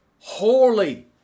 holy